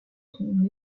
son